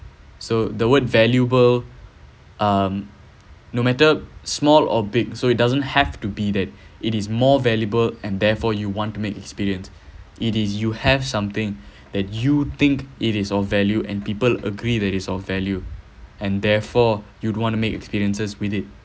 so the word valuable um no matter small or big so it doesn't have to be that it is more valuable and therefore you want to make experience it is you have something that you think it is of value and people agree that is of value and therefore you would want to make experiences with it